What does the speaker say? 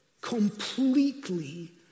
completely